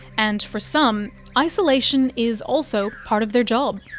and for some, isolation is also part of their job.